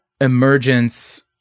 emergence